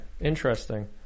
interesting